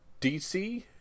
DC